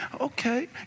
Okay